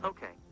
Okay